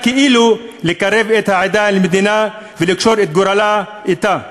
כאילו לקרב את העדה למדינה ולקשור את גורלה אתה.